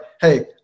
hey